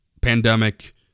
pandemic